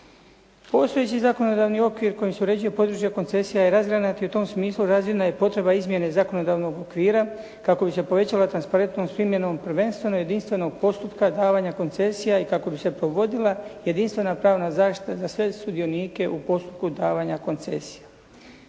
Postojeći zakonodavni okvir kojim se uređuje područje koncesija je razgranat i u tom smislu razina je potreba izmjene zakonodavnog okvira kako bi se povećala transparentnost primjenom prvenstveno jedinstvenog postupka davanja koncesija i kako bi se provodila jedinstvena pravna zaštita za sve sudionike u postupku davanja koncesija.